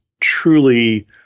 truly